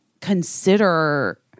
consider